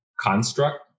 construct